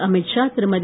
Amit Shah Thirumathi